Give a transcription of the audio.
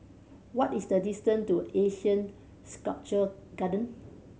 what is the distant to ASEAN Sculpture Garden